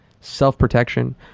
self-protection